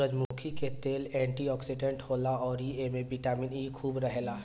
सूरजमुखी के तेल एंटी ओक्सिडेंट होला अउरी एमे बिटामिन इ खूब रहेला